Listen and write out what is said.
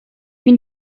bin